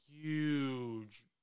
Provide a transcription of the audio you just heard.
huge